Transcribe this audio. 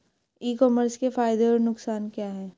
ई commerce के फायदे और नुकसान क्या हैं?